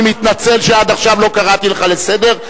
אני מתנצל שעד עכשיו לא קראתי לך לסדר.